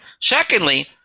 Secondly